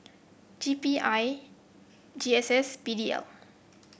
G B I G S S P D L